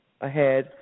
ahead